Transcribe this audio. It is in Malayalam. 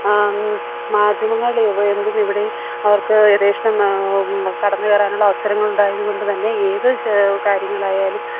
മാധ്യമങ്ങൾ എവിടെ നിന്ന് എവിടെയും അവർക്ക് യഥേഷ്ടം കടന്ന് കയറാനുള്ള അവസരങ്ങൾ ഉണ്ടായത് കൊണ്ട് തന്നെ ഏത് കാര്യങ്ങളായാലും